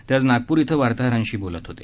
ते आज नागपुर इथं वार्ताहरांनी बोलत होते